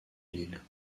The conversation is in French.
l’île